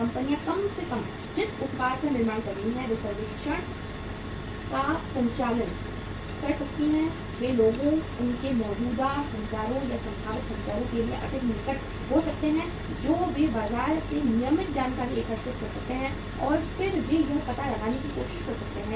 कंपनियां कम से कम जिस उत्पाद का निर्माण कर रही हैं वे सर्वेक्षण का संचालन कर सकती हैं वे लोगों उनके मौजूदा खरीदारों या संभावित खरीदारों के लिए अधिक निकट हो सकते हैं जो वे बाजार से नियमित जानकारी एकत्र कर सकते हैं और फिर वे यह पता लगाने की कोशिश कर सकते हैं